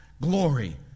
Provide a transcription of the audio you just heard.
glory